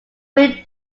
being